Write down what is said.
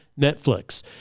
Netflix